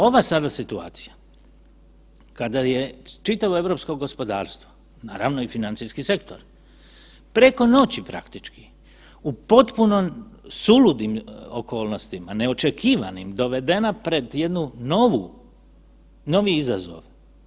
Ova sada situacija kada je čitavo europsko gospodarstvo, naravno i financijski sektor, preko noći praktički u potpuno suludim okolnostima, neočekivanim dovedena pred jednu novi izazov.